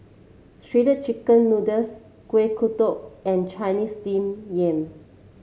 Shredded Chicken Noodles Kuih Kodok and Chinese Steamed Yam